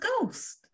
ghost